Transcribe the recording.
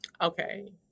Okay